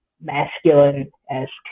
masculine-esque